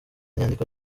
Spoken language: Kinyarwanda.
nyandiko